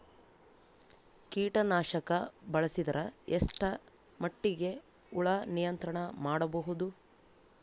ಕೀಟನಾಶಕ ಬಳಸಿದರ ಎಷ್ಟ ಮಟ್ಟಿಗೆ ಹುಳ ನಿಯಂತ್ರಣ ಮಾಡಬಹುದು?